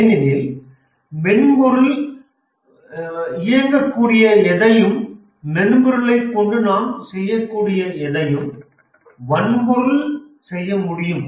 ஏனெனில் மென்பொருளில் இயங்கக்கூடிய எதையும் மென்பொருளைக் கொண்டு நாம் செய்யக்கூடிய எதையும் வன்பொருள் செய்ய முடியும்